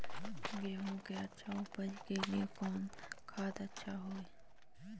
गेंहू के अच्छा ऊपज के लिए कौन खाद अच्छा हाय?